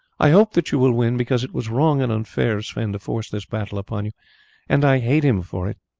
i hope that you will win, because it was wrong and unfair of sweyn to force this battle upon you and i hate him for it!